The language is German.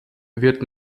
wird